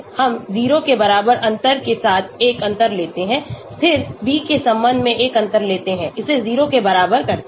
हम 0 के बराबर अंतर के साथ एक अंतर लेते हैं फिर b के संबंध में एक अंतर लेते हैं इसे 0 के बराबर करते हैं